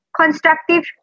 constructive